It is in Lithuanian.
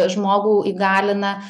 žmogų įgalina